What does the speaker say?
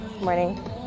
morning